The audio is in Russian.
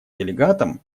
делегатам